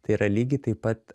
tai yra lygiai taip pat